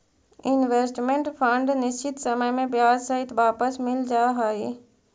investment fund निश्चित समय में ब्याज सहित वापस मिल जा हई